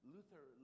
Luther